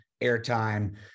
airtime